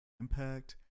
impact